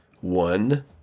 One